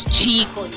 Chico